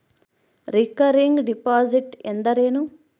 Recurring deposit ಅಂದರೇನು?